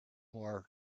more